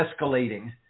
escalating